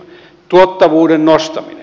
tuottavuuden nostaminen